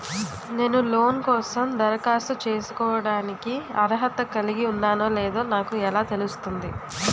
నేను లోన్ కోసం దరఖాస్తు చేసుకోవడానికి అర్హత కలిగి ఉన్నానో లేదో నాకు ఎలా తెలుస్తుంది?